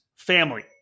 Family